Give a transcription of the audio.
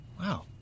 Wow